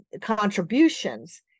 contributions